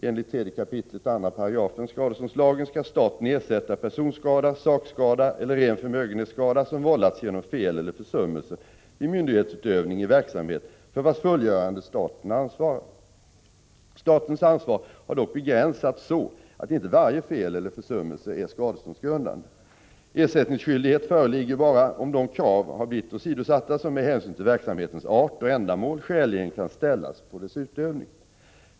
Enligt 3 kap. 2 § skadeståndslagen skall staten ersätta personskada, sakskada eller ren förmögenhetsskada som vållas genom fel eller försummelse vid myndighetsutövning i verksamhet för vars fullgörande staten svarar. Statens ansvar har dock begränsats så att inte varje fel eller försummelse är skadeståndsgrundande. Ersättningsskyldighet föreligger endast om de krav har blivit åsidosatta som med hänsyn till verksamhetens art och ändamål skäligen kan ställas på dess utövning.